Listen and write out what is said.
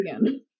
again